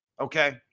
okay